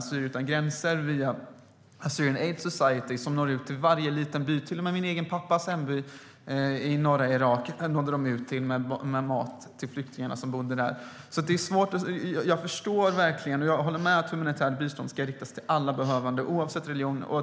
Assyrier Utan Gränser och Assyrian Aid Society når ut till varje liten by. Till och med min pappas hemby i norra Irak nådde de ut till och kunde dela ut mat till flyktingarna där. Jag håller med om att humanitärt bistånd ska riktas till alla behövande, oavsett religion.